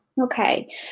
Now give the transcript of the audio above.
Okay